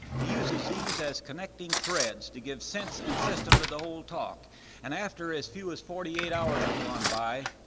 he uses these as connecting threads to give sense and system to the whole talk and after as few as forty-eight hours have gone by,